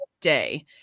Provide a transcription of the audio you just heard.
day